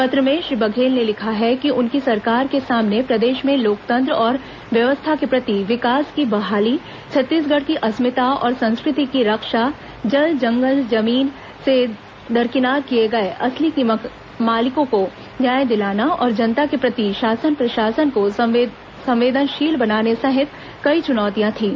पत्र में श्री बघेल ने लिखा है कि उनकी सरकार के सामने प्रदेश में लोकतंत्र और व्यवस्था के प्रति विकास की बहाली छत्तीसगढ़ की अस्मिता और संस्कृति की रक्षा जल जंगल जमीन से दरकिनार किए गए असली मालिकों को न्याय दिलाना और जनता के प्रति शासन प्रशासन को संवेदनशील बनाने सहित कई चुनौतियां थीं